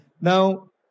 Now